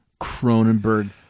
Cronenberg